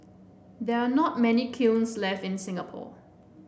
there are not many kilns left in Singapore